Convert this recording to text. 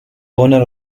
owner